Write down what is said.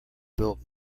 built